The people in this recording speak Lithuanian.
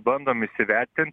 bandom įsivertint